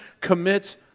commits